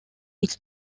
its